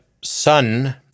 sun